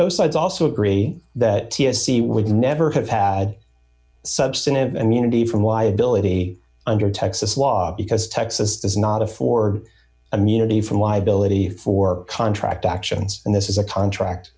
both sides also agree that c would never have had substantive and unity from y ability under texas law because texas is not a for immunity from liability for contract actions and this is a contract